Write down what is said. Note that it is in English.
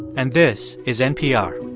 and this is npr